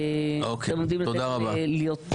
אתם עומדים לתת לו להיות.